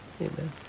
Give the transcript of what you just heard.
Amen